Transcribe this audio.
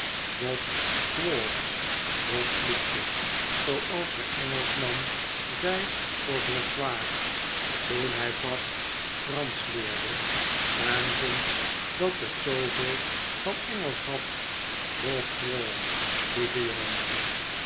bob swore bob vloekte zooals de engelschman zei voor bonsoir toen hij pas fransch leerde en vond dat het zooveel van engelsch had bob